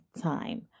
time